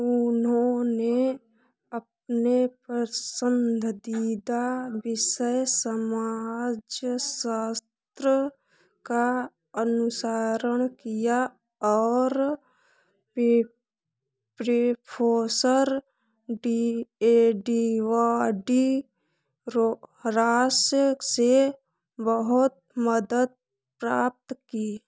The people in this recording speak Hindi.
उन्होंने अपने परसंदीदा विषय समाजशास्त्र का अनुसरण किया और प्रि प्रिफोसर डी ए डी व डी रो हरास से बहुत मदद प्राप्त की